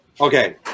Okay